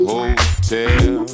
Hotel